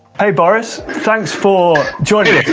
hey boris, thanks for joining.